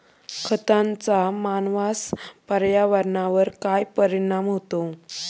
खतांचा मानवांसह पर्यावरणावर काय परिणाम होतो?